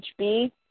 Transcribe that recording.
HB